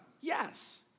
Yes